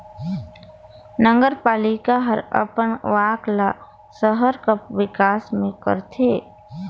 नगरपालिका हर अपन आवक ल सहर कर बिकास में करथे